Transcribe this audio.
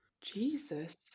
Jesus